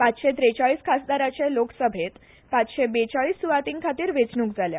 प़ाचशे त्रेचाळीस खासदाराचे लोकसभेत पाचशे बेचाळीस सुवातीखातीर वेचणूक जाल्या